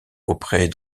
auprès